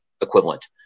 equivalent